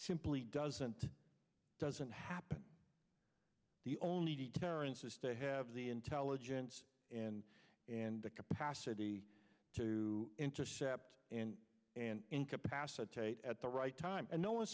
simply doesn't doesn't happen the only deterrence is they have the intelligence and and the capacity to intercept and incapacitate at the right time and no one